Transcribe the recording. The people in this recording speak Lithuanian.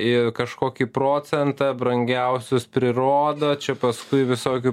į kažkokį procentą brangiausius prirodo čia paskui visokių